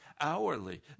hourly